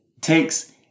takes